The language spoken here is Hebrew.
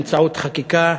באמצעות חקיקה,